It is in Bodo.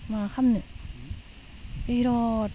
मा खालामनो बिराद